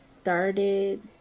started